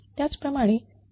त्याच प्रमाणे x2